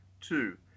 two